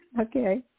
Okay